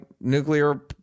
nuclear